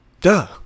Duh